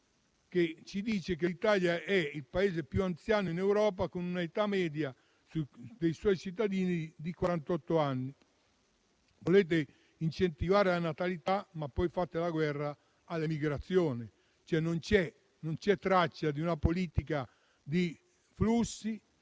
secondo cui l'Italia è il Paese più anziano in Europa, con un'età media dei suoi cittadini di quarantotto anni. Volete incentivare la natalità, ma poi fate la guerra all'immigrazione, cioè non c'è traccia di una politica di flussi,